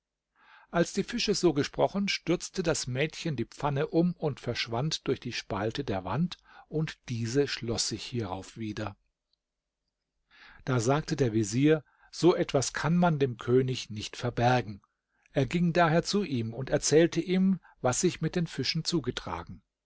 als die fische so gesprochen stürzte das mädchen die pfanne um und verschwand durch die spalte der wand und diese schloß sich hierauf wieder da sagte der vezier so etwas kann man dem könig nicht verbergen er ging daher zu ihm und erzählte ihm was sich mit den fischen zugetragen